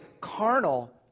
carnal